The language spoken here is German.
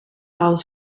aus